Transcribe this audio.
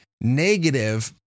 negative